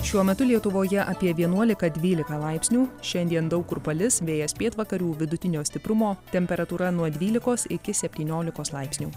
šiuo metu lietuvoje apie vienuolika dvylika laipsnių šiandien daug kur palis vėjas pietvakarių vidutinio stiprumo temperatūra nuo dvylikos iki septyniolikos laipsnių